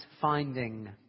finding